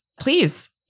please